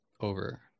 over